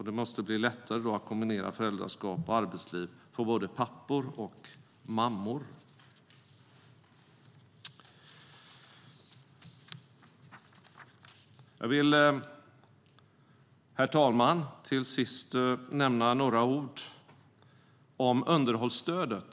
Det måste då bli lättare att kombinera föräldraskap och arbetsliv för både pappor och mammor. Herr talman! Jag vill till sist säga några ord om underhållsstödet.